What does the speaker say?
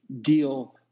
deal